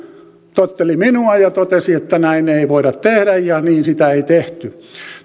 totteli minua ja totesi että näin ei voida tehdä ja niin sitä ei tehty